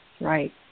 Right